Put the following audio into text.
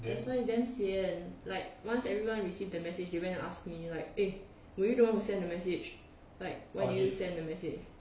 that's why damn sian like once everyone received the message they went to ask me like eh were you the [one] that send the message like why do you send the message